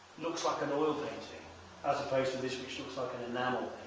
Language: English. looks like an oil painting as opposed to this which looks like an enamel